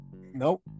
nope